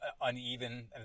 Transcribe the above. uneven